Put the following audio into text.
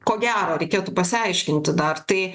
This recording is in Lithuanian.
ko gero reikėtų pasiaiškinti dar tai